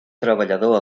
treballador